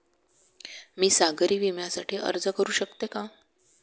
मी सागरी विम्यासाठी अर्ज करू शकते का?